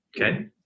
Okay